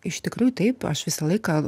iš tikrųjų taip aš visą laiką